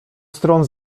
stron